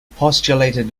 postulated